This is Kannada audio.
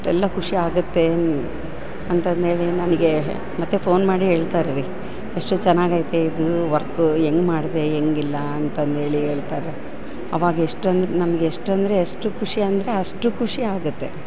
ಇಷ್ಟೆಲ್ಲ ಖುಷಿ ಆಗುತ್ತೆ ಅಂತಂದೇಳಿ ನನಗೆ ಮತ್ತು ಫೋನ್ ಮಾಡಿ ಹೇಳ್ತಾರೆ ರಿ ಎಷ್ಟು ಚೆನ್ನಾಗೈತೆ ಇದು ವರ್ಕು ಹೆಂಗ್ ಮಾಡಿದೆ ಹೆಂಗಿಲ್ಲ ಅಂತಂದೇಳಿ ಹೇಳ್ತಾರೆ ಅವಾಗ ಎಷ್ಟೊಂದು ನಮ್ಗೆ ಎಷ್ಟು ಅಂದರೆ ಅಷ್ಟು ಖುಷಿ ಅಂದರೆ ಅಷ್ಟು ಖುಷಿ ಆಗುತ್ತೆ